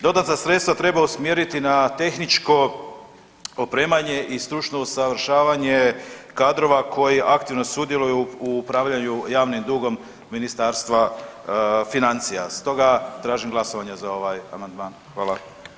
Dodatna sredstva treba usmjeriti na tehničko opremanje i stručno usavršavanje kadrova koji aktivno sudjeluju u upravljanju javnim dugom Ministarstva financija, stoga tražim glasovanje za ovaj amandman.